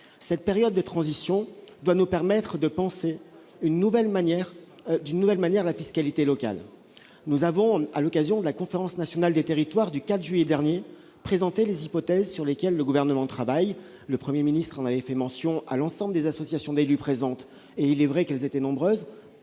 Cette période de transition doit nous permettre de penser d'une nouvelle manière la fiscalité locale. Nous avons, à l'occasion de la conférence nationale des territoires du 4 juillet dernier, présenté les hypothèses sur lesquelles le Gouvernement travaille. Le Premier ministre les a lui-même évoquées devant les nombreuses associations d'élus représentées, seules deux ou trois ne l'étant pas.